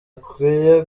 akwiye